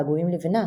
געגועים לבנה,